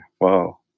wow